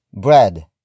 bread